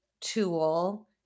tool